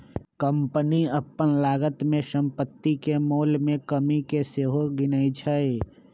company अप्पन लागत में सम्पति के मोल में कमि के सेहो गिनै छइ